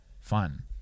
fun